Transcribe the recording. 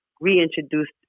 reintroduced